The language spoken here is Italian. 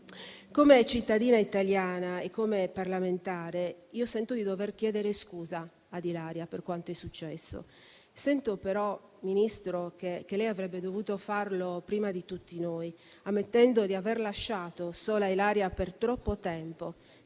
Come cittadina italiana e come parlamentare, sento di dover chiedere scusa ad Ilaria per quanto è successo. Sento però, Ministro, che lei avrebbe dovuto farlo prima di tutti noi, ammettendo di aver lasciato sola Ilaria per troppo tempo,